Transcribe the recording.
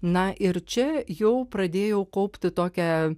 na ir čia jau pradėjau kaupti tokią